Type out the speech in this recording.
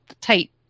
tight